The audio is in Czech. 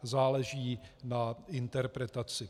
Záleží na interpretaci.